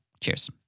Cheers